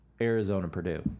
Arizona-Purdue